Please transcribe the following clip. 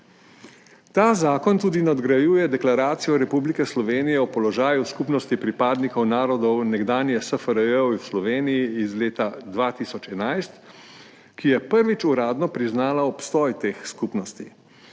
Ta zakon tudi nadgrajuje Deklaracijo Republike Slovenije o položaju narodnih skupnosti pripadnikov narodov nekdanje SFRJ v Republiki Sloveniji iz leta 2011, ki je prvič uradno priznala obstoj teh skupnosti,